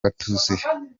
atuzuye